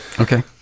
Okay